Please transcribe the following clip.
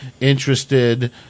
interested